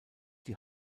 die